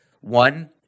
one